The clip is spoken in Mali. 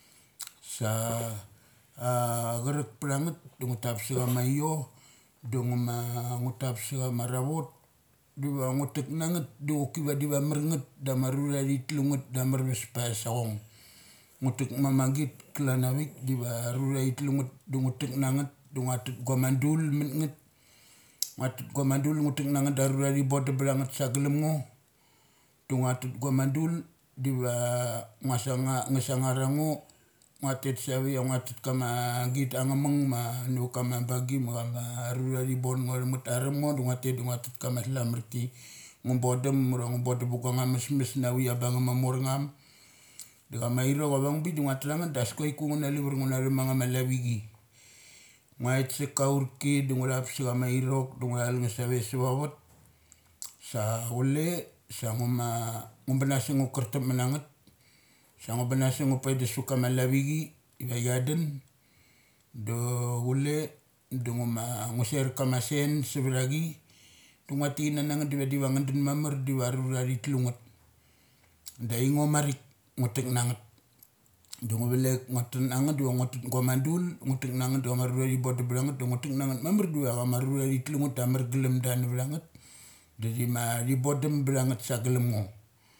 Sa charuk pthangeth dungu tap sa chama aio, dungu ma ngu tap sachama ravot, dava ngu tek nangth do voki vadi amarngeth dama aurathi tlu ngeth da amar pes da thava sochong. Ngu teknama git kalan a vik diva arurara thi tiungeth dungi tek nangeth dungua tek na ngeth da ngu, tek na ma dul munngeth. Ngua tet guma dul da ngua tek na ngela da aura thi bod ab tha ngeth sa galum ngo, du ngu tet guma dul divo ngus ngar sanar ango ngua tet saveia ngua tet kama git angamung nava na ma bung ai ma arurathi boungo themngeth. Avumngo da ngua tet da nua tet kama slumarki. Ngu bondum ura ngu dondumbu guama amesmesnavi ia abangum ma mornsumio da chama, rokovang bik da ngu tha ngeth das kuaiku ia ngu lavar ngu na thek na chama lavichi. Nguait sa kaurki dangu thup sa chama irok da ngu thal neth save savavat sa chuie sa ngu ma ngu buna sung ngu kartup manangeth. Sa ngu buna sun ngu pendas pa kama lavieni diva chia dun do chule ngu ma ngu ser kama sensa vtah chi dungua tek kana nangeth diva divanga chun mamar diva rura thi tlungeth da aingo marikngutek nangeth dongu valek ngu tek nangeth diva ngu ter gumadul. Ngu tekna ngeth da chama arurathi bondum bthangeth da ngu tek na ngeth mamar diva kama rurathi, tlunget da amar glum da navtha ngeth. Ithi mathi bodum btha ngeth sa glum ngo.